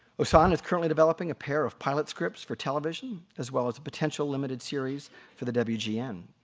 ossana is currently developing a pair of pilot scripts for television as well as a potential limited series for the wgn.